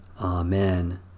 Amen